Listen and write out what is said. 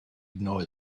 ignore